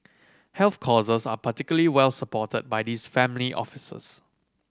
health causes are particularly well supported by these family offices